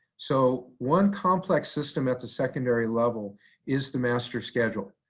so one complex system at the secondary level is the master schedule.